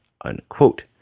unquote